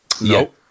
No